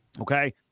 okay